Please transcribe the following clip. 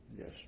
yes